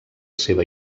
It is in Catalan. seva